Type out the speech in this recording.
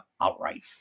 outright